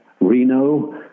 Reno